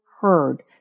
heard